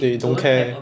they don't care